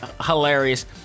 hilarious